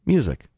Music